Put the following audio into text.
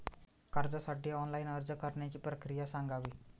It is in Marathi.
कर्जासाठी ऑनलाइन अर्ज करण्याची प्रक्रिया सांगावी